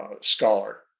scholar